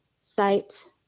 site